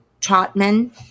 Trotman